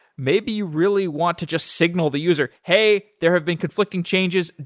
maybe really want to just signal the user, hey, there have been conflicting changes.